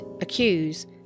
accuse